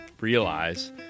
realize